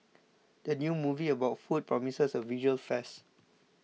the new movie about food promises a visual feast